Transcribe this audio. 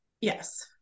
Yes